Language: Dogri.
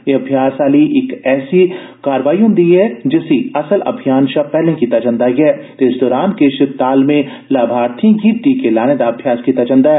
एह् अभ्यास आह्ली इक ऐसी कार्रवाई हुंदी ऐ जिसी असल अभियान शा पैह्ले कीता जंदा ऐ ते इस दौरान किश तालमे लामार्थिए गी टीके लाने दा अभ्यास कीता जदा ऐ